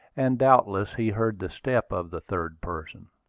and doubtless he heard the step of the third person.